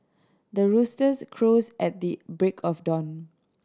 the roosters crows at the break of dawn